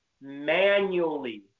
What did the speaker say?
manually